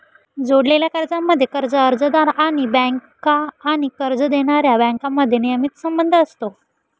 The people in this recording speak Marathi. जोडलेल्या कर्जांमध्ये, कर्ज अर्जदार आणि बँका आणि कर्ज देणाऱ्या बँकांमध्ये नियमित संबंध असतो